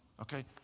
okay